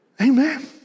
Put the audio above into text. Amen